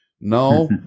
no